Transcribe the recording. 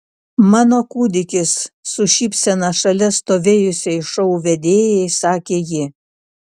mano kūdikis su šypsena šalia stovėjusiai šou vedėjai sakė ji